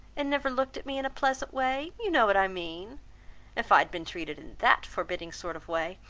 and never looked at me in a pleasant way you know what i mean if i had been treated in that forbidding sort of way,